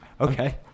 Okay